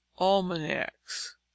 almanacs